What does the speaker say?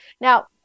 Now